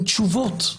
עם תשובות.